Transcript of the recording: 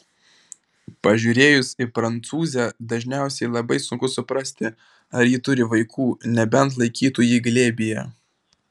pažiūrėjus į prancūzę dažniausiai labai sunku suprasti ar ji turi vaikų nebent laikytų jį glėbyje